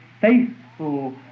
faithful